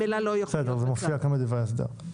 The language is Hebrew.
בסדר, זה מופיע כאן בדברי ההסבר.